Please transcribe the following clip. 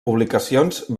publicacions